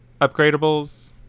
upgradables